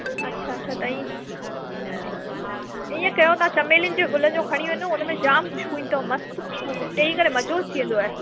अछा अछा तव्हीं इएं कयो तव्हां चमेलियुनि जो गुलनि जो खणी वञो हुन में जामु ख़ुशबू ईंदव मस्तु ख़ुशबू ॾेई करे मज़ो अची वेंदुव